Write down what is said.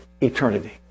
eternity